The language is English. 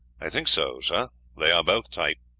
i think so, sir they are both tight.